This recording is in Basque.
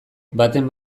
baten